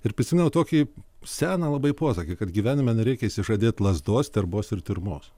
ir prisimenu tokį seną labai posakį kad gyvenime nereikia išsižadėt lazdos terbos ir tiurmos